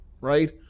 right